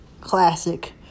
classic